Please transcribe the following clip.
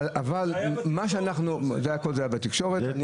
כל זה היה בתקשורת.